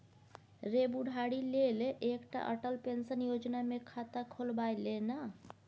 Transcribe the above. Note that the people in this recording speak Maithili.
रे बुढ़ारी लेल एकटा अटल पेंशन योजना मे खाता खोलबाए ले ना